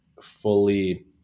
fully